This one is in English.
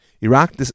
Iraq